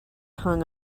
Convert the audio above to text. hung